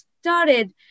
started